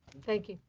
thank you.